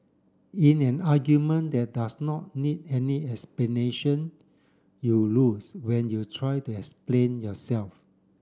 in an argument that does not need any explanation you lose when you try to explain yourself